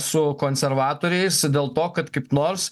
su konservatoriais dėl to kad kaip nors